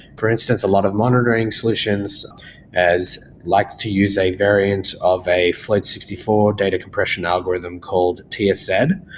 for instance, a lot of monitoring solutions as like to use a variant of a flight sixty four data compression algorithm called ts ed.